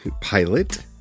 pilot